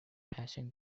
passing